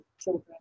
children